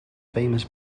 famous